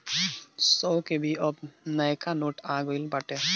सौ के भी अब नयका नोट आ गईल बाटे